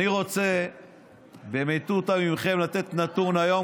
אני רוצה במטותא מכם לתת נתון: היום